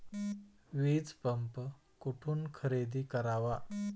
वीजपंप कुठून खरेदी करावा?